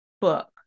book